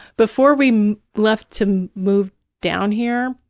before we left to move down here,